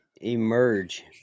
emerge